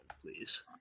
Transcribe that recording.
please